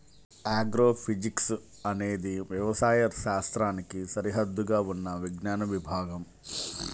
agrophysics అనేది వ్యవసాయ శాస్త్రానికి సరిహద్దుగా ఉన్న విజ్ఞాన విభాగం